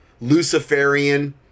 Luciferian